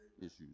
issues